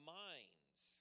minds